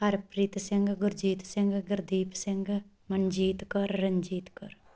Harpreet Singh Gurjit Singh Gurdeep Singh Manjit Kaur Ranjit Kaur